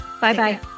Bye-bye